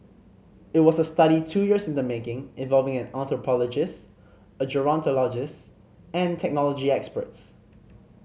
it was a study two years in the making involving an anthropologist a gerontologist and technology experts